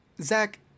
Zach